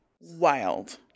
Wild